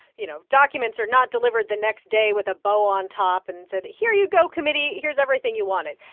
you know, documents are not delivered the next day with a bow on top and said, here you go, committee, here's everything you wanted.